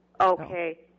Okay